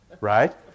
Right